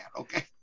okay